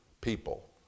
people